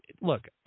look